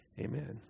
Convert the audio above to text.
Amen